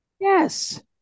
Yes